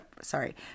sorry